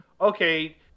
okay